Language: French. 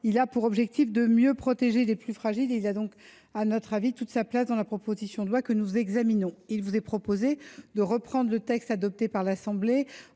Il a pour objet de mieux protéger les plus fragiles et a donc, à notre avis, toute sa place dans la présente proposition de loi. Il vous est proposé de reprendre le texte adopté par l’Assemblée